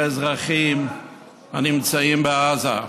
ואזרחים הנמצאים בעזה.